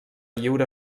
lliura